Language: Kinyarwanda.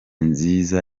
nziza